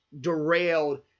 derailed